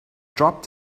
dropped